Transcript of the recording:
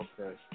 Okay